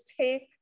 take